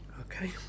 okay